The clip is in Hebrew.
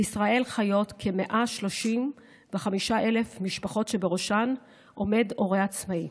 בישראל חיות כ-135,000 משפחות שבראשן עומד הורה עצמאי.